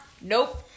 Nope